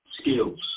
skills